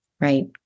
right